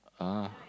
ah